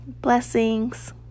Blessings